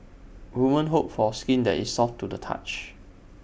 women hope for skin that is soft to the touch